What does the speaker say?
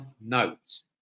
Notes